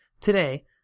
Today